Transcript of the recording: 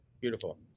Beautiful